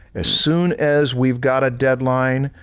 as soon as we've got a deadline,